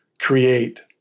create